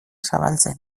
zabaltzen